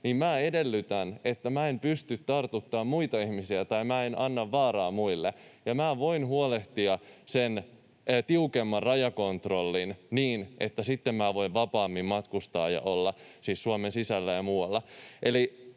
minä edellytän, että minä en pysty tartuttamaan muita ihmisiä tai minä en anna vaaraa muille, ja minä voin huolehtia sen tiukemman rajakontrollin niin, että sitten minä voin vapaammin matkustaa ja olla, siis Suomen sisällä ja muualla.